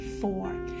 four